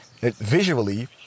visually